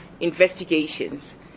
investigations